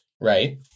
Right